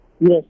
Yes